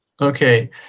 okay